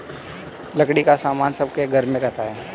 लकड़ी का सामान सबके घर में रहता है